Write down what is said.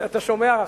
אתה שומע,